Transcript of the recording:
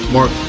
Mark